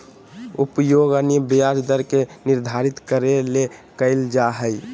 उपयोग अन्य ब्याज दर के निर्धारित करे ले कइल जा हइ